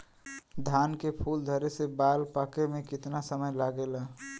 धान के फूल धरे से बाल पाके में कितना समय लागेला?